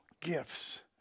gifts